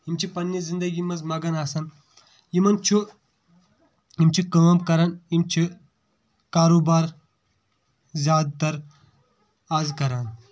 یِم چھِ پَنٕنہِ زندگی منٛز مَگن آسان یِمن چھُ یِم چھِ کٲم کران یِم چھِ کاروبار زیادٕ تر آز کران